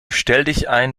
stelldichein